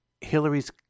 Hillary's